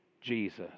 Jesus